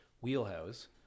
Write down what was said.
wheelhouse